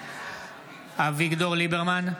אביגדור ליברמן,